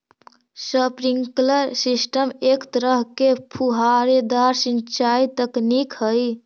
sprinkler system एक तरह के फुहारेदार सिंचाई तकनीक हइ